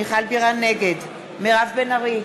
נגד מירב בן ארי,